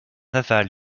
aval